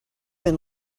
been